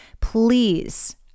please